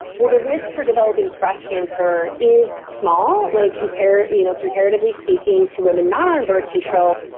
well the risk for developing breast cancer is small like comparatively you know comparatively speaking to women not on birth control.